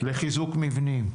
לחיזוק מבנים.